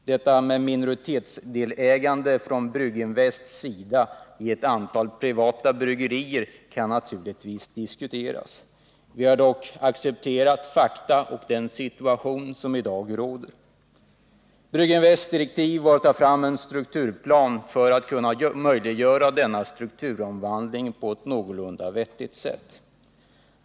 Brygginvests minoritetsdelägande i ett antal privata bryggerier kan naturligtvis diskuteras. Vi har dock accepterat fakta och den situation som i dag råder. Brygginvests direktiv var att ta fram en strukturplan för att kunna möjliggöra denna strukturomvandling på ett någorlunda vettigt sätt.